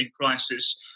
crisis